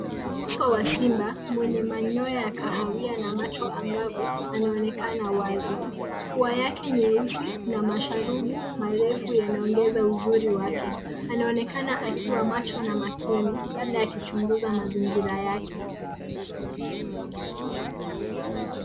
Uso wa simba, wenye manyoya ya kahawia na macho angavu, unaonekana wazi. Pua yake na shavu lake, marefu na yenye nguvu, yanaongeza uzuri wake. Simba anaonekana macho na makini, akichunguza mazingira yake kwa tahadhari